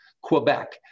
Quebec